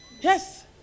Yes